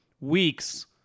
weeks